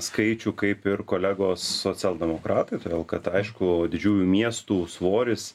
skaičių kaip ir kolegos socialdemokratai todėl kad aišku didžiųjų miestų svoris